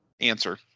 Answer